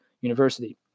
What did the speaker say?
University